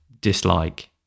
dislike